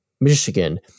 Michigan